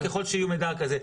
ככל שיהיה מידע כזה.